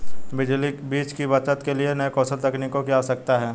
बीज की बचत के लिए नए कौशल तकनीकों की आवश्यकता है